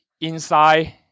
inside